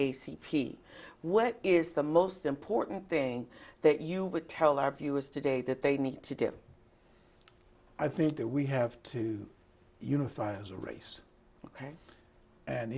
a c p what is the most important thing that you would tell our viewers today that they need to do i think that we have to unify as a race ok and